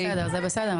לא, זה בסדר.